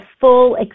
full